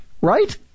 right